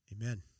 amen